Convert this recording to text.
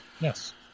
Yes